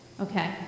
Okay